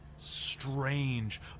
Strange